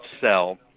sell